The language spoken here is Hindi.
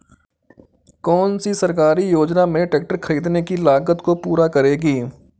कौन सी सरकारी योजना मेरे ट्रैक्टर ख़रीदने की लागत को पूरा करेगी?